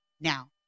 now